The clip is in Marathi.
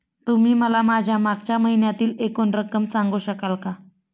तुम्ही मला माझ्या मागच्या महिन्यातील एकूण रक्कम सांगू शकाल का?